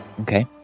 Okay